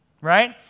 Right